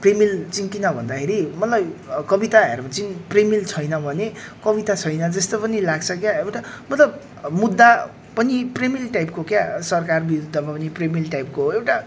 प्रेमिल चाहिँ किन भन्दाखेरि मलाई कविताहरू चाहिँ प्रेमिल छैन भने कविता छैन जस्तो पनि लाग्छ क्या एउटा मतलब मुद्दा पनि प्रेमिल टाइपको क्या सरकार विरुद्धमा पनि प्रेमिल टाइपको एउटा